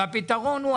והפתרון הוא,